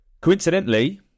Coincidentally